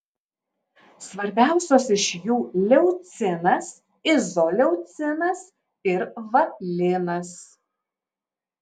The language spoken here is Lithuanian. svarbiausios iš jų leucinas izoleucinas ir valinas